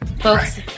Folks